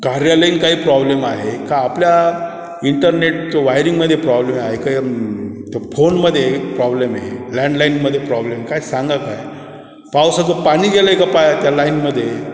कार्यालयीन काही प्रॉब्लेम आहे का आपल्या इंटरनेटतं वायरिंगमध्ये प्रॉब्लेम आहे काय ते फोनमध्ये आहे प्रॉब्लेम आहे लँडलाईनमध्ये प्रॉब्लेम काय सांगा काय पावसाचं पाणी गेलं आहे का पाय त्या लाईनमध्ये